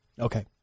Okay